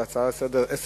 להצעה לסדר-היום,